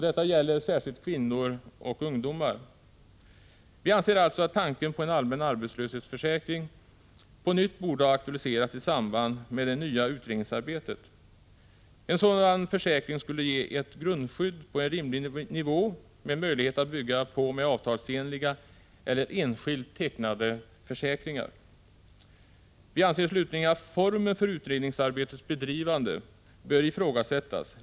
Detta gäller särskilt kvinnor och ungdomar. Vi anser alltså att tanken på en allmän arbetslöshetsförsäkring på nytt 113 borde ha aktualiserats i samband med det nya utredningsarbetet. En sådan försäkring skulle ge ett grundskydd på en rimlig nivå med möjlighet att bygga på med avtalsenliga eller enskilt tecknade försäkringar. Vi anser slutligen att formen för utredningsarbetets bedrivande bör ifrågasättas.